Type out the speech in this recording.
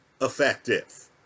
effective